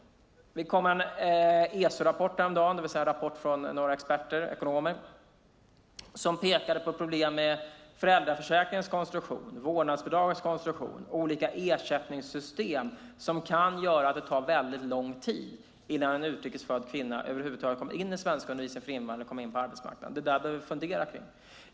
Det kom en ESO-rapport häromdagen, en rapport från några experter, ekonomer, som pekade på problem med föräldraförsäkringens konstruktion, vårdnadsbidragets konstruktion, problem med olika ersättningssystem som kan göra att det tar väldigt lång tid innan en utrikes född kvinna över huvud taget kommer in i svenskundervisning för invandrare och kommer in på arbetsmarknaden. Det där bör vi fundera kring.